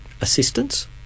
assistance